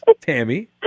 Tammy